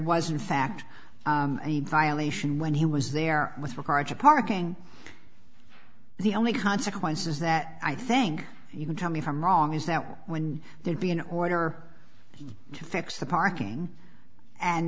was in fact a violation when he was there with regard to parking the only consequences that i think you can tell me if i'm wrong is now when there'd be an order to fix the parking and